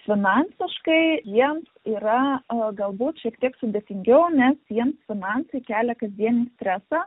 finansiškai jiems yra galbūt šiek tiek sudėtingiau nes jiems finansai kelia kasdien stresą